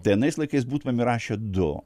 tai anais laikais būtumėm įrašę du